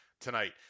tonight